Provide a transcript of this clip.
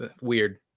weird